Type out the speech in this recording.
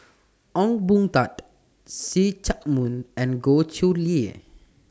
Ong Boon Tat See Chak Mun and Goh Chiew Lye